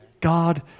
God